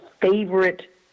favorite